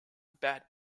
bad